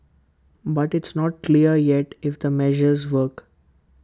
but it's not clear yet if the measures work